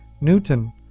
Newton